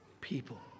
people